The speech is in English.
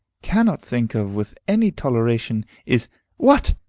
cannot think of with any toleration, is what?